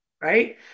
right